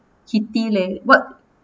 heaty leh what